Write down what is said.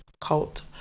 cult